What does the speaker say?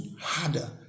harder